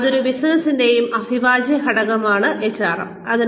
അതിനാൽ ഏതൊരു ബിസിനസ്സിന്റെയും അവിഭാജ്യ ഘടകമാണ് HRM